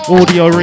Audio